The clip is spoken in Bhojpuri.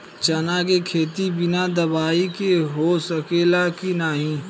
चना के खेती बिना दवाई के हो सकेला की नाही?